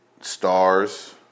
stars